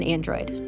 Android